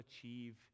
achieve